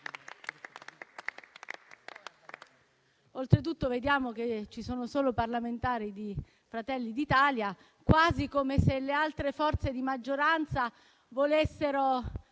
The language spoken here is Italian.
Oltretutto vediamo che ci sono solo parlamentari di Fratelli d'Italia, quasi come se le altre forze di maggioranza volessero